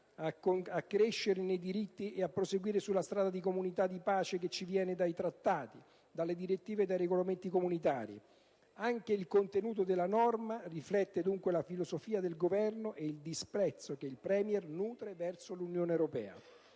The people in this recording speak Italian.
a crescere nei diritti e a proseguire sulla strada di una comunità di pace che ci viene dai Trattati, dalle direttive e dai regolamenti comunitari. Anche il contenuto della normativa riflette, dunque, la filosofia del Governo e il disprezzo che il Premier nutre verso l'Unione europea: